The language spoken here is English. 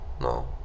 no